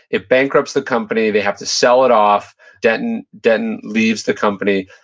it bankrupts the company. they have to sell it off. denton denton leaves the company.